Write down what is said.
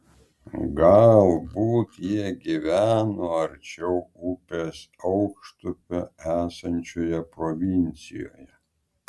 galbūt jie gyveno arčiau upės aukštupio esančioje provincijoje